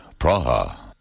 Praha